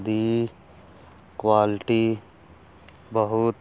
ਦੀ quality ਬਹੁਤ